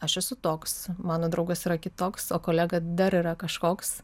aš esu toks mano draugas yra kitoks o kolega dar yra kažkoks